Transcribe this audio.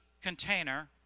container